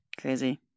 Crazy